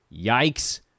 Yikes